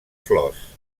flors